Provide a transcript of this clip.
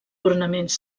ornaments